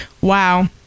wow